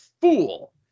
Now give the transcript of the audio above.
fool